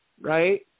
right